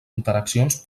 interaccions